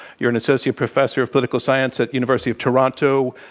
you're an associate professor of political science at university of toronto.